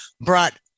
brought